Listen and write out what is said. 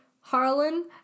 Harlan